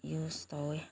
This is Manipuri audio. ꯌꯨꯁ ꯇꯧꯋꯦ